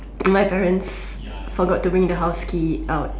my parents forgot to bring the house key out